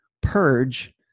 purge